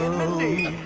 mindy